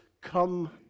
Come